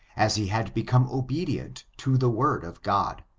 as he had become obedient to the word of god.